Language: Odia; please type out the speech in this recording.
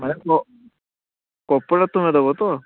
ମାନେ କ କପଡ଼ା ତୁମେ ଦେବ ତ